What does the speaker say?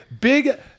big